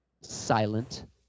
silent